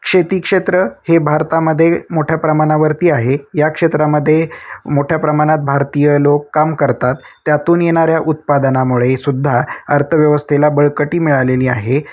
शेतीक्षेत्र हे भारतामध्ये मोठ्या प्रमाणावरती आहे या क्षेत्रामध्ये मोठ्या प्रमाणात भारतीय लोक काम करतात त्यातून येणाऱ्या उत्पादनामुळे सुद्धा अर्थव्यवस्थेला बळकटी मिळालेली आहे